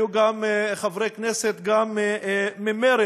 היו חברי כנסת גם ממרצ,